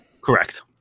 Correct